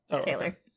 Taylor